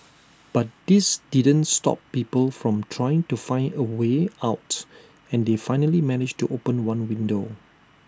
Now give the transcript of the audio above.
but this didn't stop people from trying to find A way out and they finally managed to open one window